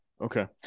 Okay